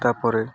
ତା'ପରେ